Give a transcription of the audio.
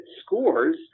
scores